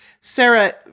Sarah